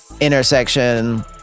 intersection